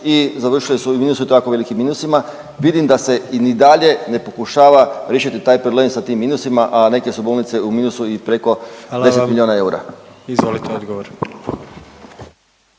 i završile su u minusu i to jako velikim minusima. Vidim da se ni dalje ne pokušava riješiti taj problem sa tim minusima, a neke su bolnice u minusu i preko 10 milijuna eura.